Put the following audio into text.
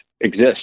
exist